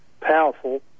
powerful